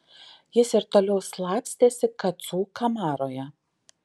jis ir toliau slapstėsi kacų kamaroje